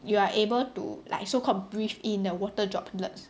you are able to like so called breathe in the water droplets